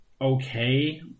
okay